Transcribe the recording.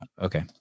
Okay